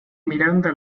miranda